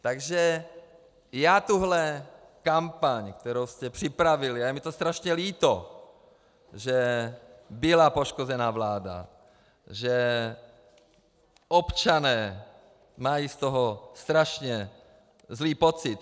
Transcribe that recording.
Takže já tuhle kampaň, kterou jste připravili a je mi to strašně líto, že byla poškozena vláda, že občané mají z toho strašně zlý pocit.